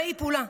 מהי פעולה?